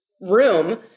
room